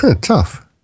tough